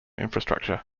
infrastructure